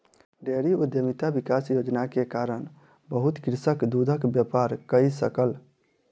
dairy उद्यमिता विकास योजना के कारण बहुत कृषक दूधक व्यापार कय सकल